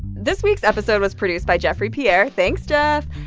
this week's episode was produced by jeffrey pierre. thanks, jeff.